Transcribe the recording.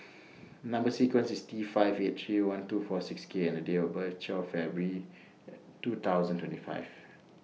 Number sequence IS T five eight three one two four six K and Date of birth IS twelve February two thousand and twenty five